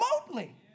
remotely